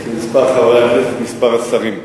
כמספר חברי הכנסת מספר השרים.